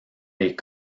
les